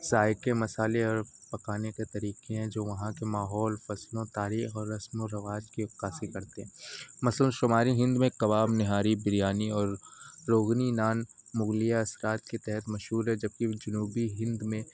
ذائقے مصالحے اور پکانے کے طریقے ہیں جو وہاں کے ماحول فصلوں تاریخ اور رسم و رواج کی عکاسی کرتے ہیں مثلاً شمالی ہند میں کباب نہاری بریانی اور روغنی نان مغلیہ اثرات کے تحت مشہور ہے جبکہ جنوبی ہند میں